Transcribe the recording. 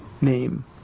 name